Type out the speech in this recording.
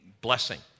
blessing